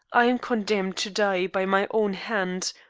i am condemned to die by my own hand,